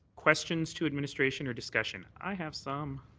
questions to administration or discussion? i have some.